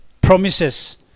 promises